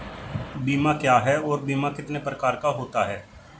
बीमा क्या है और बीमा कितने प्रकार का होता है?